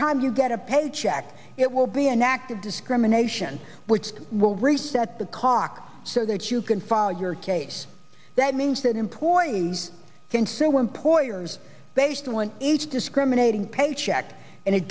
time you get a paycheck it will be enacted discrimination which will reset the clock so that you can file your case that means that employees consider employers based on each discriminating paycheck and it